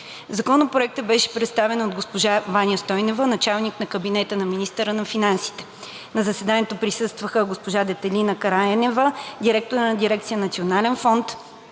Законопроектът беше представен от госпожа Ваня Стойнева – началник на кабинета на министъра на финансите. На заседанието присъстваха: Детелина Караенева – директор на дирекция „Национален фонд“,